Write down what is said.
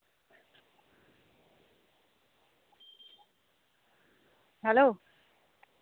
ᱟᱨ ᱨᱟᱱ ᱠᱚᱫᱚ ᱛᱟᱞᱦᱮ ᱚᱸᱰᱮ ᱜᱮ ᱧᱟᱢᱚᱜ ᱟᱥᱮ ᱵᱟᱨᱦᱮ ᱠᱷᱚᱡ ᱠᱤᱨᱤᱧ ᱦᱩᱭᱩᱜ ᱛᱤᱧᱟᱹ